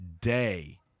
day